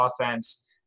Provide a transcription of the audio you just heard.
offense